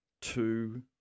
two